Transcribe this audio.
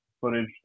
footage